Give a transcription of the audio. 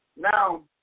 Now